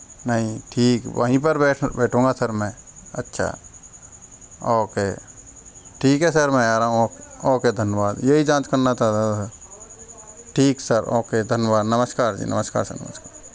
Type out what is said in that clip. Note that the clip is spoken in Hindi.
नहीं ठीक वहीं पर बैठूंगा सर मैं अच्छा ओके ठीक है सर मैं आ रहा हूँ ओके धन्यवाद यही जाँच करना चाहता था ठीक सर ओके धन्यवाद नमस्कार जी नमस्कार सर नमस्कार